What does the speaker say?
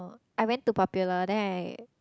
I went to Popular then I